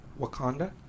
Wakanda